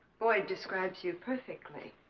boyd describes you perfectly